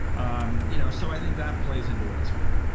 um you know so i think that plays into it as well.